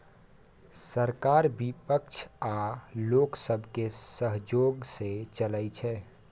सरकार बिपक्ष आ लोक सबके सहजोग सँ चलइ छै